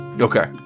Okay